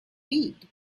read